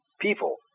people